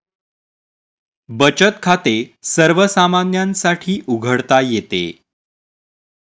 बचत खाते सर्वसामान्यांसाठी उघडता येते